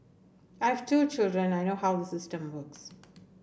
I have two children I know how the system works